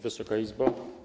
Wysoka Izbo!